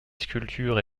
sculptures